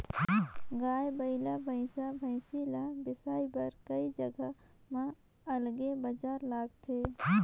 गाय, बइला, भइसा, भइसी ल बिसाए बर कइ जघा म अलगे बजार लगथे